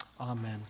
Amen